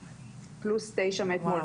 פלוס תשע מאתמול.